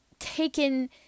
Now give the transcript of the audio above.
taken